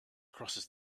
crosses